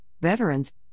veterans